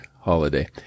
holiday